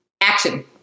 action